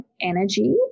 energy